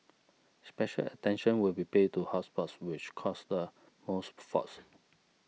special attention will be paid to hot spots which cause the most faults